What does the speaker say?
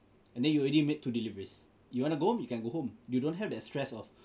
and then you already made two deliveries you want to go home you can go home you don't have that stress of